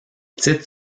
titre